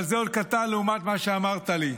אבל זה עוד קטן לעומת מה שאמרת לי.